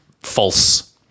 false